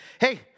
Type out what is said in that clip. hey